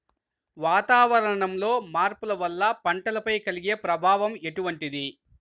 వాతావరణంలో మార్పుల వల్ల పంటలపై కలిగే ప్రభావం ఎటువంటిది?